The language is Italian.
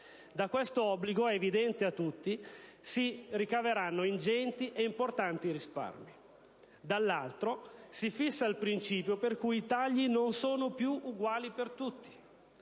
Da questo obbligo è evidente a tutti che si ricaveranno ingenti e importanti risparmi. Dall'altro, si fissa il principio per cui i tagli non saranno più uguali per tutti: